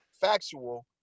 factual